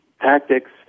tactics